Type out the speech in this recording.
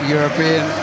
European